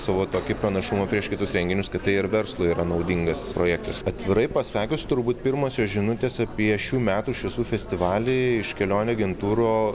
savo tokį pranašumą prieš kitus renginius kad tai ir verslui yra naudingas projektas atvirai pasakius turbūt pirmosios žinutės apie šių metų šviesų festivalį iš kelionių agentūrų